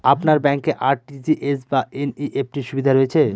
আপনার ব্যাংকে আর.টি.জি.এস বা এন.ই.এফ.টি র সুবিধা রয়েছে?